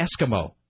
eskimo